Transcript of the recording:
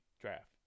draft